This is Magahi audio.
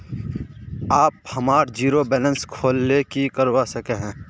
आप हमार जीरो बैलेंस खोल ले की करवा सके है?